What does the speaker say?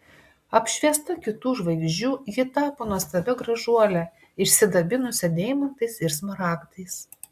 apšviesta kitų žvaigždžių ji tapo nuostabia gražuole išsidabinusia deimantais ir smaragdais